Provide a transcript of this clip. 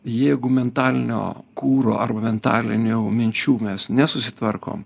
jeigu mentalinio kuro arba mentalinių minčių mes nesusitvarkom